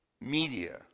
media